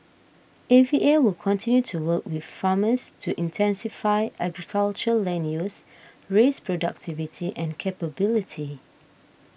A V A will continue to work with farmers to intensify agriculture land use raise productivity and capability